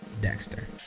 Dexter